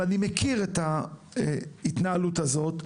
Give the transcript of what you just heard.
ואני מכיר את ההתנהלות הזאת,